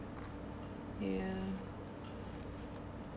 ya